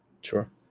Sure